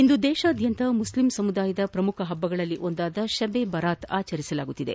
ಇಂದು ದೇಶಾದ್ಯಂತ ಮುಚ್ಚಿಮ್ ಸಮುದಾಯದ ಶ್ರಮುಖ ಹಬ್ಬಗಳಲ್ಲಿ ಒಂದಾದ ಶಬ್ ಎ ಬರಾತ್ ಆಚರಿಸಲಾಗುತ್ತಿದೆ